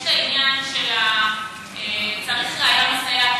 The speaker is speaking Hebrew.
יש עניין שצריך ראיה מסייעת,